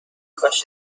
کاش